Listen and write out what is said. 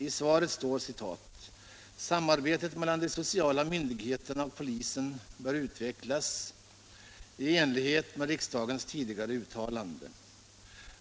I svaret står: ”Samarbetet mellan de sociala myndigheterna och polisen bör utvecklas i enlighet med riksdagens tidigare uttalande.